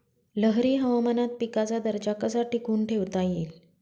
लहरी हवामानात पिकाचा दर्जा कसा टिकवून ठेवता येईल?